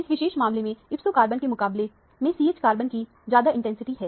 इस विशेष मामले में ipso कार्बन के मुकाबले में CH कार्बन की ज्यादा इंटेंसिटी है